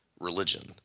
Religion